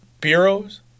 Bureaus